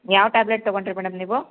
ಯಾವ ಟ್ಯಾಬ್ಲೆಟ್ ತೊಗೊಂಡ್ರಿ ಮೇಡಮ್ ನೀವು